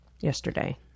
yesterday